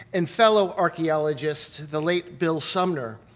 and fellow archaeologist, the late bill sumner.